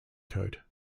code